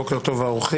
בוקר טוב האורחים,